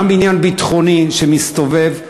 גם בעניין הביטחוני שמסתובב,